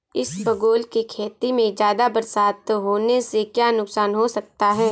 इसबगोल की खेती में ज़्यादा बरसात होने से क्या नुकसान हो सकता है?